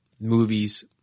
movies